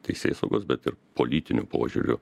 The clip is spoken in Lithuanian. teisėsaugos bet ir politiniu požiūriu